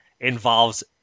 involves